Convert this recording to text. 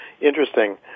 Interesting